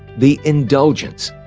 the indulgence,